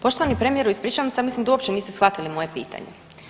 Poštovani premijeru, ispričavam se, ja mislim da uopće niste shvatili moje pitanje.